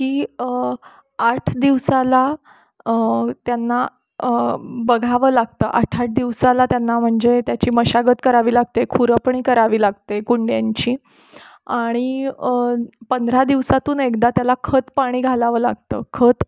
की आठ दिवसाला त्यांना बघावं लागतं आठ आठ दिवसाला त्यांना म्हणजे त्याची मशागत करावी लागते खुरपणी करावी लागते कुंड्यांंची आणि पंधरा दिवसातून एकदा त्याला खत पाणी घालावं लागतं खत